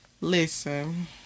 listen